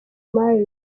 marley